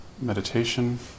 Meditation